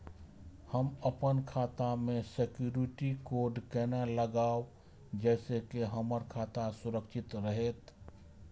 हम अपन खाता में सिक्युरिटी कोड केना लगाव जैसे के हमर खाता सुरक्षित रहैत?